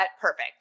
perfect